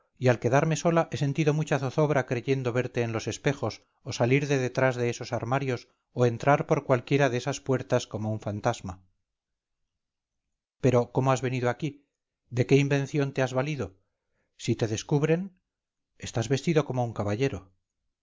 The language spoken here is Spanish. y al quedarme sola he sentido mucha zozobra creyendo verte en los espejos o salir de detrás de esos armarios o entrar por cualquiera de esas puertas como un fantasma pero cómo has venido aquí de qué invención te has valido si te descubren estás vestido como un caballero